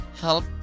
help